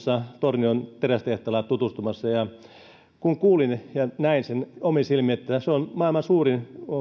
tornion terästehtaalla tutustumassa ja kuulin ja näin sen omin silmin että se on maailman suurin